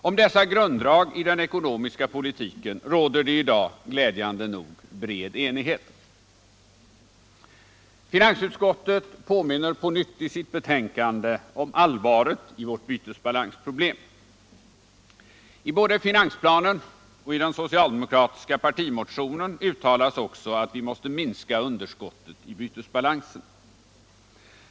Om dessa grunddrag i den ekonomiska politiken råder i dag —- glädjande nog — bred cnighet. Finansutskottet påminner på nytt i sitt betänkande om allvaret i vårt bytesbalansproblem. I både finansplanen och den socialdemokratiska partimotionen uttalas också att vi måste minska underskottet i bytesbalansen.